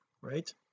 right